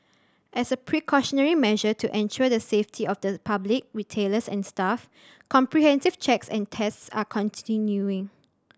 as a precautionary measure to ensure the safety of the public retailers and staff comprehensive checks and tests are continuing